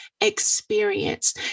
experience